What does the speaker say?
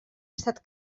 estat